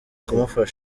kumufasha